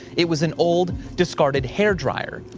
it was an old discarded hair dryer.